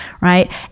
right